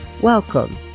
welcome